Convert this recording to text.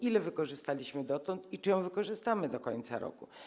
Ile wykorzystaliśmy dotychczas i czy ją wykorzystamy do końca roku?